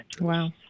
Wow